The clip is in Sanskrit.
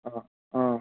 हा हा